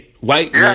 white